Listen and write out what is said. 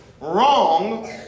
wrong